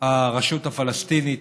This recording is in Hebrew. הרשות הפלסטינית